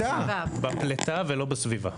בפלטה ולא בסביבה.